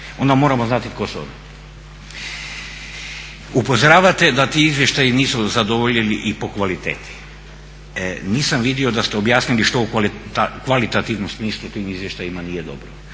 onda moramo znati tko su oni. Upozoravate da ti izvještaji nisu zadovoljili i po kvaliteti. Nisam vidio da ste objasnili što u kvalitativnom smislu u tim izvještajima nije dobro.